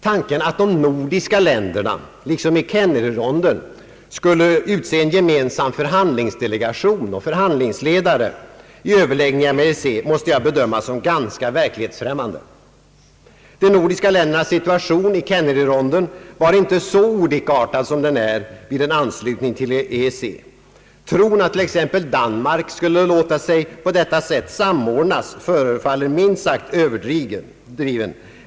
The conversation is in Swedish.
Tanken att de nordiska länderna liksom i Kennedy-ronden skulle utse en gemensam förhandlingsdelegation och förhandlingsledare i «överläggningar med EEC måste jag bedöma som ganska verklighetsfrämmande. De nordiska ländernas situation i Kennedy-ronden var inte så olikartad som den är vid en anslutning till EEC. Tron att t.ex. Danmark skulle låta sig på detta sätt samordnas förefaller minst sagt överdriven.